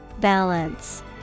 Balance